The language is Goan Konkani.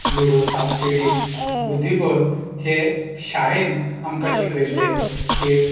लुडो सापसिडी बुद्दीबळ हे शाळेन आमकां शिकयल्ले खेळ